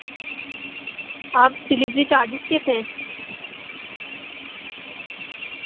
آپ delivery charges کیسے ہیں